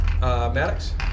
Maddox